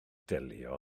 delio